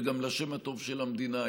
וגם לשם הטוב של המדינה.